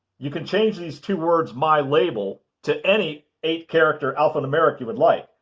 you can change these two words my label to any eight character alphanumeric you would like.